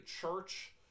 Church